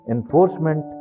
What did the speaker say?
Enforcement